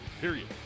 period